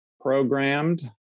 programmed